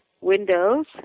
windows